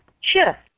Sure